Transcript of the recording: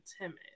timid